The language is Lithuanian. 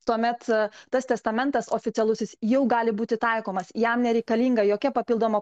tuomet tas testamentas oficialusis jau gali būti taikomas jam nereikalinga jokia papildoma